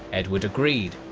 edward agreed,